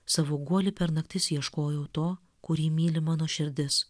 savo guoly per naktis ieškojau to kurį myli mano širdis